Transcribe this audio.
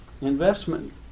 investment